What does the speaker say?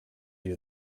you